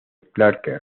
clarke